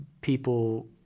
people